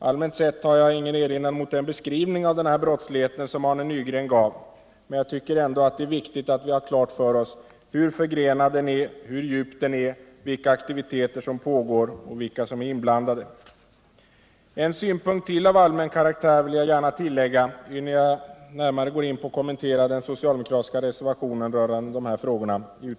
Allmänt sett harjag ingen erinran mot den beskrivning av den här brottsligheten som Arne Nygren gav, men jag tycker ändå att det är viktigt att vi har klart för oss hur förgrenad den är, hur djup den är, vilka aktiviteter som pågår och vilka som är inblandade. En synpunkt till av allmän karaktär vill jag gärna tillägga innan jag närmare går in på att kommentera den socialdemokratiska reservationen rörande de här frågorna.